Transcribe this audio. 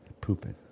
pooping